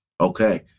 Okay